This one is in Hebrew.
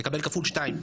מקבל כפול שתיים,